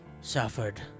suffered